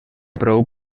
prou